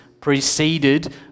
preceded